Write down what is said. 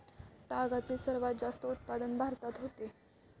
तागाचे सर्वात जास्त उत्पादन भारतात होते